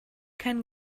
kein